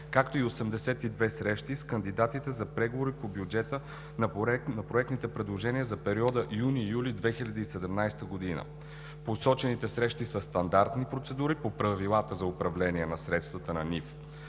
както и 82 срещи с кандидатите за преговори по бюджета на проектните предложения за периода юни – юли 2017 г. Посочените срещи са стандартни процедури по правилата за управление на средствата на НИФ.